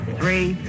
three